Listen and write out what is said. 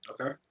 Okay